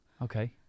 Okay